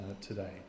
today